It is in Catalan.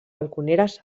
balconeres